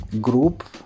group